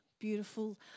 beautiful